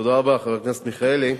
תודה רבה, חבר הכנסת מיכאלי.